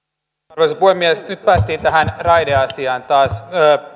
arvoisa puhemies nyt päästiin tähän raideasiaan taas